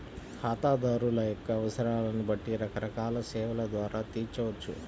ఖాతాదారుల యొక్క అవసరాలను బట్టి రకరకాల సేవల ద్వారా తీర్చవచ్చు